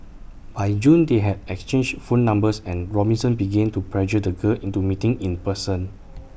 by June they had exchanged phone numbers and Robinson began to pressure the girl into meeting in person